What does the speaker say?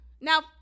now